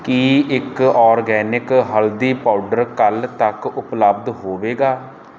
ਕੀ ਇੱਕ ਆਰਗੈਨਿਕ ਹਲਦੀ ਪਾਊਡਰ ਕੱਲ੍ਹ ਤੱਕ ਉਪਲੱਬਧ ਹੋਵੇਗਾ